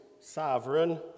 sovereign